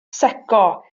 secco